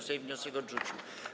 Sejm wniosek odrzucił.